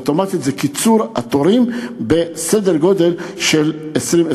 אוטומטית זה קיצור תורים בסדר גודל של 20%,